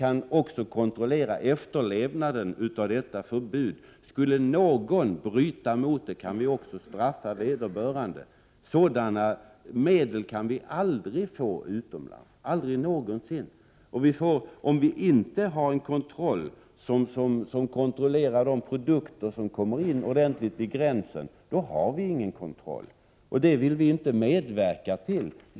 Dessutom kan vi kontrollera efterlevnaden av ett förbud i detta sammanhang. Skulle någon bryta mot förbudet, är det möjligt att straffa vederbörande. Det kan vi aldrig någonsin åstadkomma utomlands. Om vi inte har en ordentlig kontroll vid gränsen av de produkter som kommer in i Sverige, kan man inte heller tala om kontroll. Det vill vi inte medverka till.